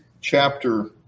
chapter